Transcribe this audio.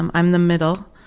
i'm i'm the middle,